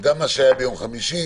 גם מה שהיה ביום חמישי,